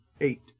Eight